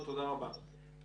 הפרויקט